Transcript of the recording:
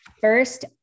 first